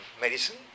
medicine